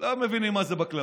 לא מבינים מה זה בקלאווה.